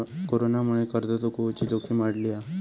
कोरोनामुळे कर्ज चुकवुची जोखीम वाढली हा